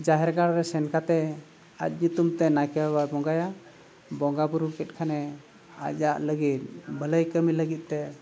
ᱡᱟᱦᱮᱨ ᱜᱟᱲ ᱨᱮ ᱥᱮᱱ ᱠᱟᱛᱮ ᱟᱡ ᱧᱩᱛᱩᱢᱛᱮ ᱱᱟᱭᱠᱮ ᱵᱟᱵᱟᱭ ᱵᱚᱸᱜᱟᱭᱟ ᱵᱚᱸᱜᱟ ᱵᱩᱨᱩ ᱠᱮᱫ ᱠᱷᱟᱱᱮ ᱟᱭᱟᱜ ᱞᱟᱹᱜᱤᱫ ᱵᱷᱟᱹᱞᱟᱹᱭ ᱠᱟᱹᱢᱤ ᱞᱟᱹᱜᱤᱫᱼᱛᱮ